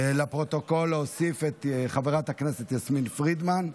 להוסיף לפרוטוקול את חברת הכנסת יסמין פרידמן,